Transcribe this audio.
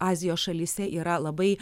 azijos šalyse yra labai